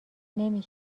نمی